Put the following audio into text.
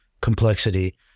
complexity